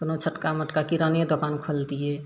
कोनो छोटका मोटका किराने दोकान खोलतियै